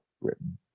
written